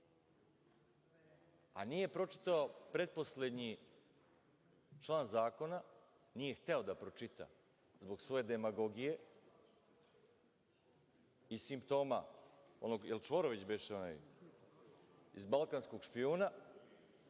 a nije pročitao pretposlednji član zakona. Nije hteo da pročita zbog svoje demagogije i simptoma onog, jel beše Čvorović iz „Balkanskog špijuna“